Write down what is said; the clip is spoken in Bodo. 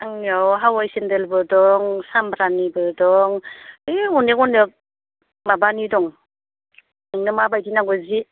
आंनियाव हावै सेन्देलबो दं सामब्रानिबो दं है अनेक अनेक माबानि दं नोंनो माबादि नांगौ जि